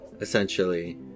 essentially